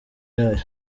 yayo